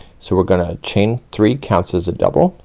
so we're gonna chain three, counts as a double,